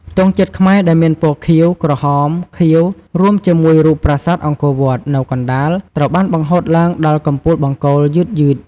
ទង់ជាតិខ្មែរ ដែលមាន ពណ៌ខៀវ ក្រហម ខៀវ រួមជាមួយ រូបប្រាសាទអង្គរវត្ត នៅកណ្ដាល ត្រូវបាន បង្ហូតឡើងដល់កំពូលបង្គោល យឺតៗ។